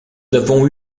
avons